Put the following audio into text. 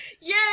Yay